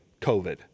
COVID